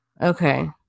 Okay